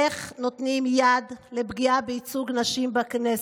איך נותנים יד לפגיעה בייצוג נשים בכנסת,